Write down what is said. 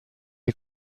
est